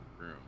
room